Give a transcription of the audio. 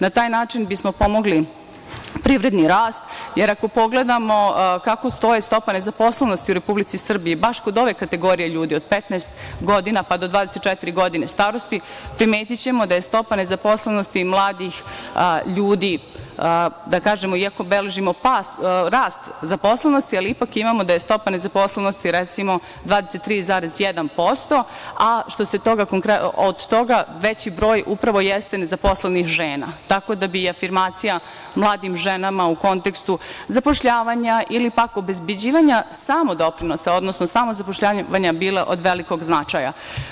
Na taj način bismo pomogli privredni rast, jer ako pogledamo kako stoji stopa nezaposlenosti u Republici Srbiji, baš kod ove kategorije ljudi od 15 godina pa do 24 godine starosti primetićemo da je stopa nezaposlenosti mladih ljudi, da kažemo, iako beležimo rast zaposlenosti, ali ipak imamo da je stopa nezaposlenosti, recimo 23,1%, a od toga veći broj upravo jeste nezaposlenih žena, tako da bi afirmacija mladim ženama u kontekstu zapošljavanja ili pak obezbeđivanja samo doprinosa, odnosno samo zapošljavanja bila od velikog značaja.